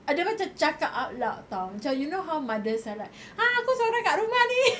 dia macam cakap out loud [tau] macam you know how mothers are like ah aku seorang kat rumah ni